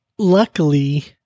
Luckily